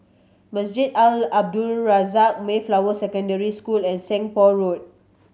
Masjid Al Abdul Razak Mayflower Secondary School and Seng Poh Road